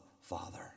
Father